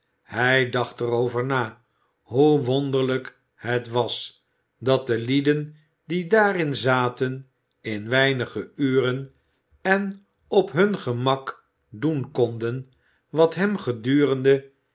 hij dacht er over na hoe wonderlijk het was dat de lieden die daarin zaten in weinige uren en op hun gemak doen konden wat hem